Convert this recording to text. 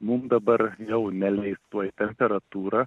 mum dabar jau neleis tuoj temperatūra